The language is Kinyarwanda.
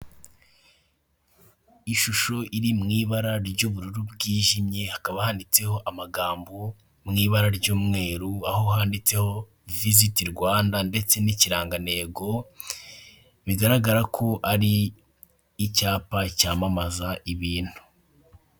Ishusho iri mu ibara ry'ubururu bwijimye, hakaba handitseho amagambo mu ibara ry'umweru, aho handitseho visiti Rwanda ndetse n'ikirangantego, bigaragara ko ari icyapa cyamamaza ibintu.